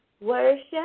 worship